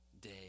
day